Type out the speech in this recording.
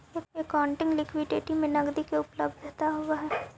accounting liquidity में नकदी के उपलब्धता होवऽ हई